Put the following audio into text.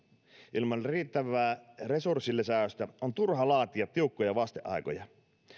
ilman riittävää resurssin lisäystä on turha laatia tiukkoja vasteaikoja